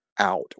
Out